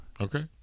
Okay